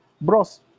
bros